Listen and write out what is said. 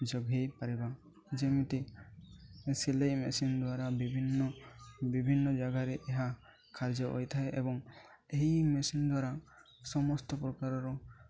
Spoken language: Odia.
ଯୋଗ ହେଇ ପାରିବା ଯେମିତି ସିଲେଇ ମେସିନ୍ ଦ୍ୱାରା ବିଭିନ୍ନ ବିଭିନ୍ନ ଜାଗାରେ ଏହା କାର୍ଯ୍ୟ ହୋଇଥାଏ ଏବଂ ଏହି ମେସିନ୍ ଦ୍ୱାରା ସମସ୍ତ ପ୍ରକାରର